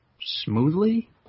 smoothly